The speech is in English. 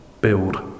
Build